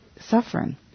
suffering